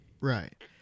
Right